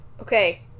Okay